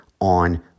on